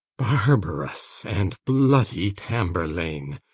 barbarous and bloody tamburlaine,